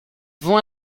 vont